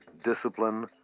discipline,